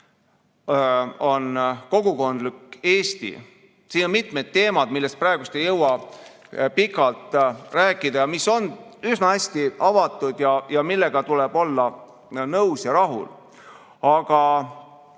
on kogukondlik Eesti. Siin on mitmed teemad, millest praegu ei jõua pikalt rääkida, mis on üsna hästi avatud ja millega tuleb olla nõus ja rahul. Aga